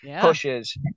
pushes